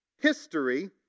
history